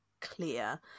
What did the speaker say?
clear